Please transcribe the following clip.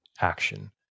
action